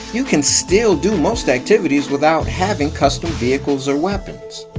you can still do most activities without having custom vehicles or weapons.